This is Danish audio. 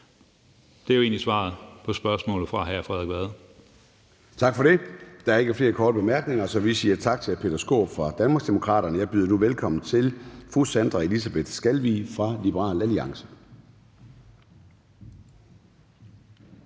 Det er jo egentlig svaret til hr. Frederik Vad. Kl. 16:06 Formanden (Søren Gade): Tak for det. Der er ikke flere korte bemærkninger, så vi siger tak til hr. Peter Skaarup fra Danmarksdemokraterne. Jeg byder nu velkommen til fru Sandra Elisabeth Skalvig fra Liberal Alliance.